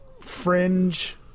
fringe